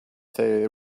they